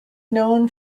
known